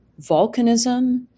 Volcanism